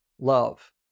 love